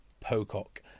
Pocock